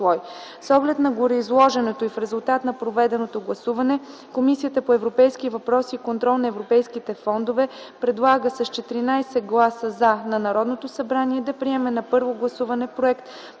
С оглед на гореизложеното и в резултат на проведеното гласуване, Комисията по европейските въпроси и контрол на европейските фондове предлага с 14 гласа „за” на Народното събрание да приеме на първо гласуване на